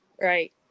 Right